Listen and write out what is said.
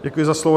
Děkuji za slovo.